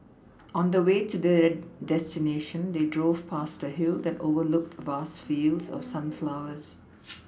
on the way to their destination they drove past a hill that overlooked vast fields of sunflowers